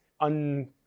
un-